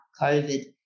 COVID